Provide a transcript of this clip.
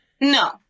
No